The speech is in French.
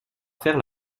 faire